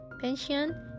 pension